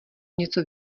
něco